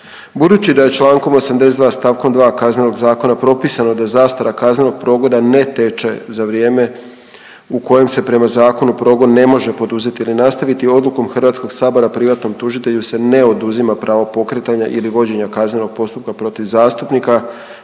Budući da je čl. 82. st. 2. Kaznenog zakona propisano da zastara kaznenog progona ne teče za vrijeme u kojem se prema zakonu progon ne može poduzeti ili nastaviti, odlukom HS privatnom tužitelju se ne oduzima pravo pokretanja ili vođenja kaznenog postupka protiv zastupnika